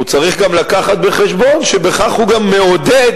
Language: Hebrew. הוא צריך גם להביא בחשבון שבכך הוא גם מעודד